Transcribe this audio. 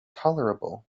tolerable